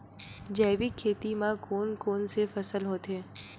जैविक खेती म कोन कोन से फसल होथे?